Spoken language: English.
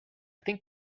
think